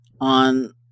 on